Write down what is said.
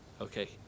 okay